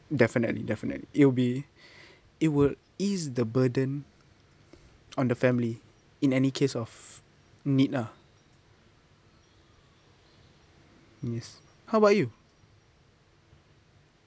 definitely definitely it'll be it will ease the burden on the family in any case of need ah yes how about you